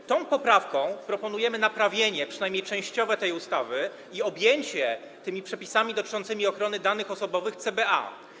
W tej poprawce proponujemy naprawienie przynajmniej częściowe tej ustawy i objęcie przepisami dotyczącymi ochrony danych osobowych CBA.